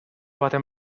baten